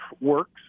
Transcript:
works